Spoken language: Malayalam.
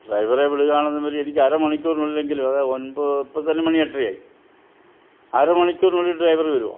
ഡ്രൈവറെ വിടുകയാണെന്നുണ്ടെങ്കിൽ എനിക്ക് അരമണിക്കൂറിനുള്ളിലെങ്കിലും അത് ഒൻപത് ഇപ്പോൾ തന്നെ മണി എട്ടരയായി അരമണിക്കൂറിനുള്ളിൽ ഡ്രൈവറ് വരുമോ